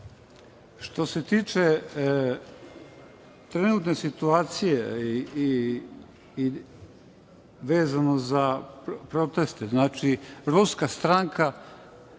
se tiče trenutne situacije vezano za proteste, Ruska stranka